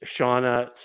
Shauna